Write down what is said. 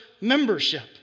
membership